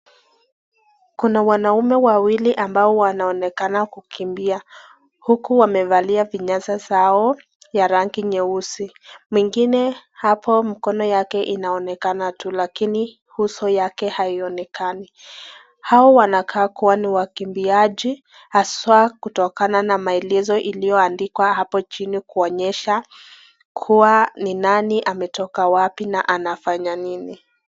Kuna wanaume wawili ambao wanaonekana kukimbia, uku wamevalia vinyasa zao ya rangi nyeusi, mwingine hapo mkono yake inaonekana tu lakini uso yake haionekani. Hawa wanakaa kuwa wakimbiaji haswa kutokana na maelezo iliyoandikwa hapo chini, kuonyesha kuwa ni nani ametoka wapi na anafanya nini.